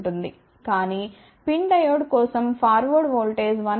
కానీ PIN diode కోసం forward voltage 1